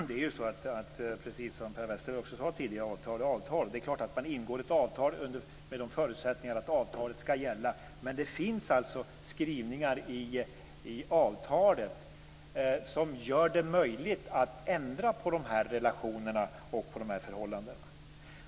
Fru talman! Precis som Per Westerberg tidigare sade: Avtal är avtal. Man ingår ett avtal med förutsättningen att avtalet skall gälla. Men det finns skrivningar i avtalet som gör det möjligt att ändra på relationerna och förhållandena.